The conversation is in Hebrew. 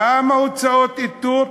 למה הוצאות איתור?